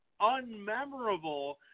unmemorable